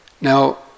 Now